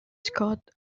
scott